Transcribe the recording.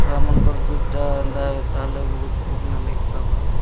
ଛୁଆମାନଙ୍କର୍ ବେଗ୍ଟା ଏନ୍ତା ପେହେଲେ ବହୁତ୍ ଭଲ୍ ନାଇଁ ଲାଗି ଖରାପ୍ ଲାଗ୍ସି